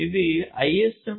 ఇది ISM 2